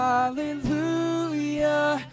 Hallelujah